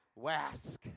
Wask